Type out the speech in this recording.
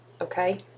Okay